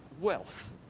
wealth